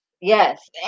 yes